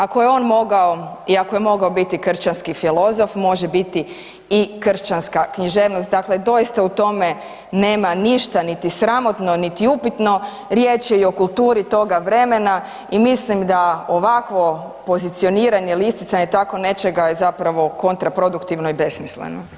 Ako je on mogao i ako je mogao biti kršćanski filozof, može biti i kršćanska književnost, dakle doista u tome nema ništa niti sramotno niti upitno, riječ je i o kulturni toga vremena i mislim da ovakvo pozicioniranje ili isticanje tako nečega je zapravo kontraproduktivno i besmisleno.